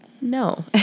No